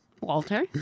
Walter